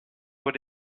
what